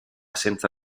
senza